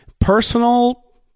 personal